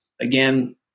again